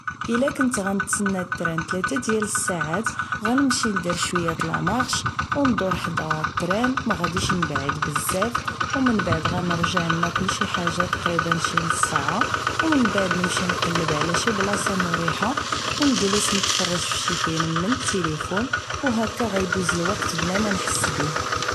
الا كنت غنتسنا التران تلاتة ديال الساعات غنمشي ندير شوية لامارش و ندور حدا التران ماغاديش نبعد بزاف و من بعد غنرجع ناكل شيحاجة تقريبا شي نص ساعة و منبعد نمشي نقلب على شي بلاصة مريحة نتفرج فشي فيلم من التلفون و هكا غيدوز الوقت بلا مانحس بيه